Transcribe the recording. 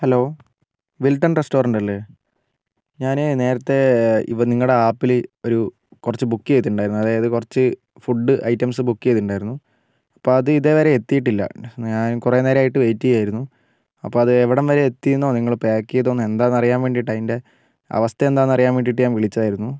hello Welton restaurant അല്ലേ ഞാൻ നേരത്തെ ഇപ്പം നിങ്ങളുടെ ആപ്പിൽ ഒരു കുറച്ച് ബുക്ക് ചെയ്തിട്ടുണ്ടായിരുന്നു അതായത് കുറച്ച് ഫുഡ് ഐറ്റംസ് ബുക്ക് ചെയ്തിട്ടുണ്ടായിരുന്നു അപ്പോൾ അത് ഇതേവരെ എത്തീട്ടില്ല ഞാൻ കുറേ നേരമായിട്ട് വെയിറ്റ് ചെയ്യുകയായിരുന്നു അപ്പോൾ അത് എവിടം വരെ എത്തിയെന്നോ നിങ്ങൾ പാക്ക് ചെയതോയെന്നോ എന്താന്ന് എന്ന് അറിയാൻ വേണ്ടിട്ടാ അതിൻ്റെ അവസ്ഥ എന്താന്ന് അറിയാൻ വേണ്ടിട്ട് ഞാൻ വിളിച്ചതായിരുന്നു